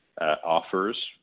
offers